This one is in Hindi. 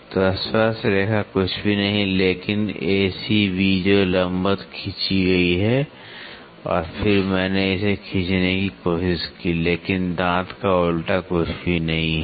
तो स्पर्शरेखा कुछ भी नहीं है लेकिन A C B जो लंबवत खींची गई है और फिर मैंने इसे खींचने की कोशिश की लेकिन दांत का उलटा कुछ भी नहीं है